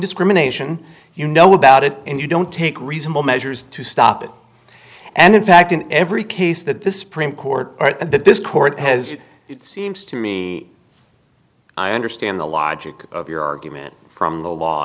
discrimination you know about it and you don't take reasonable measures to stop it and in fact in every case that this prim court that this court has it seems to me i understand the logic of your argument from the law